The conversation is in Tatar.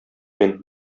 мин